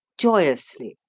joyously,